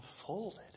unfolded